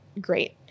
great